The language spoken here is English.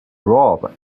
robe